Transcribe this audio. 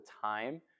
time